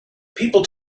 people